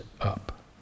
up